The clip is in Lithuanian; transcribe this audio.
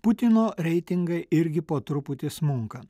putino reitingai irgi po truputį smunka